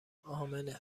امنه